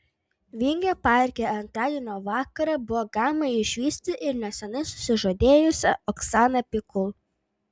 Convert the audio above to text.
vingio parke antradienio vakarą buvo galima išvysti ir neseniai susižadėjusią oksaną pikul